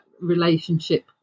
relationship